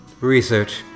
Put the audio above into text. Research